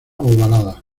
ovalada